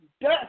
Death